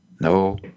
No